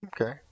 Okay